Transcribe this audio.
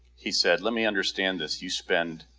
he said let me understand this, you spend